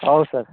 ହଉ ସାର୍